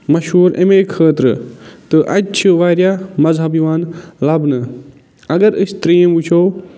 مشہوٗر أمی خٲطرٕ تہٕ اَتہِ چھِ واریاہ مزہب یِوان لَبنہٕ اَگر أسۍ ترٛیٚیِم وٕچھَو